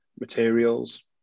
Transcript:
materials